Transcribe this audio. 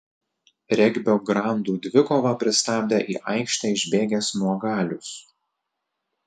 regbio grandų dvikovą pristabdė į aikštę išbėgęs nuogalius